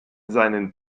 seinen